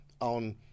on